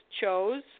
chose